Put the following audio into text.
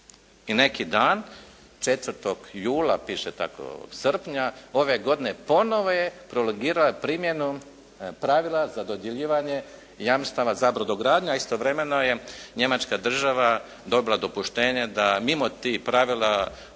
I neki dan, 4. srpnja ove godine ponovo je prolongirala Primjenu pravila za dodjeljivanje jamstava za brodogradnju, a istovremeno je Njemačka država dobila dopuštenje da mimo tih pravila izda